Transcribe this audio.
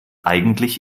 eigentlich